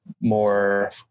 more